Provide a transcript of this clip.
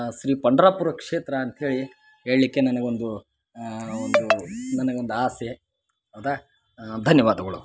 ಶ್ರೀ ಪಂಡ್ರಾಪುರ ಕ್ಷೇತ್ರ ಅಂತ್ಹೇಳಿ ಹೇಳಲಿಕ್ಕೆ ನನ್ಗ ಒಂದು ಒಂದು ನನ್ಗ ಒಂದು ಆಸೆ ಹೌದಾ ಧನ್ಯವಾದಗಳು